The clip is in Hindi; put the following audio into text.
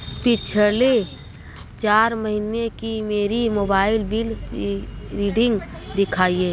पिछले चार महीनों की मेरी मोबाइल बिल रीडिंग दिखाइए